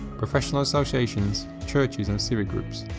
professional associations, churches, and civic groups.